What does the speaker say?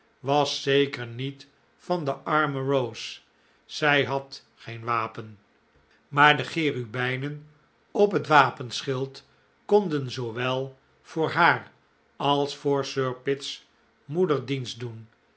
was zeker niet van de arme rose zij had geen wapen maar de cherubijnen op het wapenschild konden zoowel voor haar als voor sir pitt's moeder dienst doen